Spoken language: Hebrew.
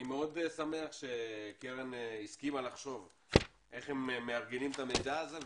אני מאוד שמח שקרן הסכימה לחשוב איך הם מארגנים את המידע הזה.